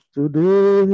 Today